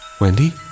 Wendy